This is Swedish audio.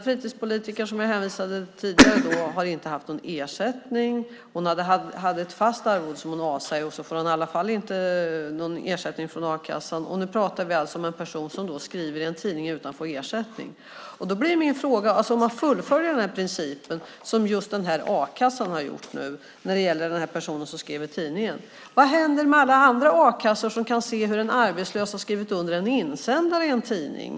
Fritidspolitikern har inte haft någon ersättning, hon har avsagt sig ett fast arvode, men hon får i alla fall inte ersättning från a-kassan. Nu pratar vi alltså om en person som skriver i en tidning utan att få ersättning. Om man fullföljer principen, som just a-kassan har gjort om den person som har skrivit i tidningen, vad händer med alla andra a-kassor som kan se att en arbetslös har skrivit under en insändare i en tidning?